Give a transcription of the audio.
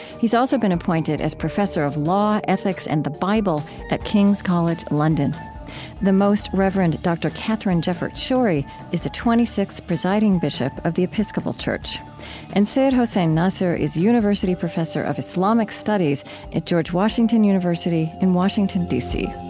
he has also been appointed as professor of law, ethics and the bible at king's college london the most reverend dr. katharine jefferts schori is the twenty sixth presiding bishop of the episcopal church and seyyed hossein nasr is university professor of islamic studies at george washington university in washington, d